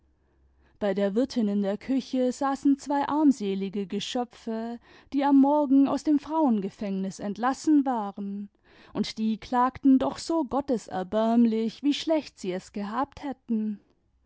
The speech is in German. bei der wirtin in der küche saßen zwei armselige geschöpfe die am morgen aus dem frauengefängnis entlassen waren und die klagten doch so gotteserbärmlich wie schlecht sie es gehabt hätten